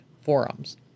forums